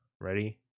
Ready